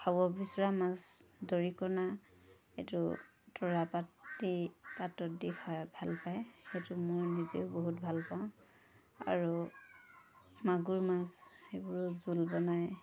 খাব বিচৰা মাছ দৰিকনা এইটো তৰা পাত দি পাতত দি খাই ভাল পায় সেইটো মই নিজেও বহুত ভাল পাওঁ আৰু মাগুৰমাছ সেইবোৰো জোল বনাই